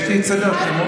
יש לי את סדר השמות